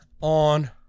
on